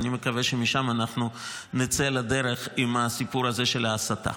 ואני מקווה שמשם אנחנו נצא לדרך עם הסיפור הזה של ההסטה.